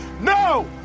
No